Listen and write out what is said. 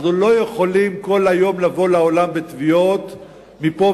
אנחנו לא יכולים לבוא לעולם בתביעות מפה